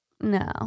No